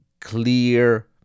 clear